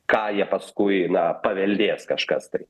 ką jie paskui na paveldės kažkas tai